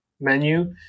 menu